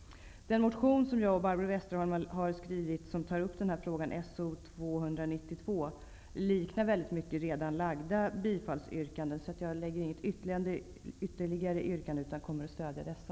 Westerholm har väckt och som berör den här frågan, liknar väldigt mycket redan ställda bifallsyrkanden. Jag har därför inte något ytterligare yrkande, utan jag kommer att stödja dessa.